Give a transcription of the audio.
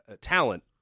talent